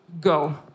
go